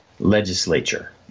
legislature